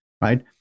right